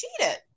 cheated